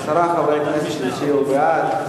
עשרה חברי כנסת הצביעו בעד,